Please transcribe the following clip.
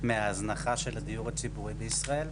מההזנחה של הדיור הציבורי בישראל.